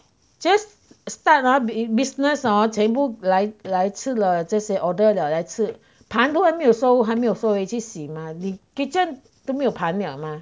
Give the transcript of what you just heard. just start uh business hor 全部来来吃了这些 order 了再吃盘都还没有收还没有收回去洗吗你 kitchen 都没有盘了吗